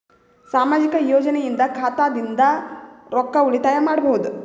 ಸಾಮಾಜಿಕ ಯೋಜನೆಯಿಂದ ಖಾತಾದಿಂದ ರೊಕ್ಕ ಉಳಿತಾಯ ಮಾಡಬಹುದ?